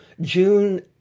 June